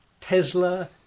Tesla